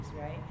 right